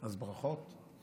אז ברכות.